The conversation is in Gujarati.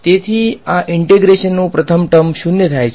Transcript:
તેથી આ ઈંટેગ્રેશન નુ પ્રથમ ટ્રમ ૦ થાય છે